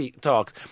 talks